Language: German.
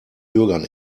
bürgern